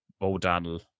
O'Donnell